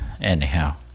anyhow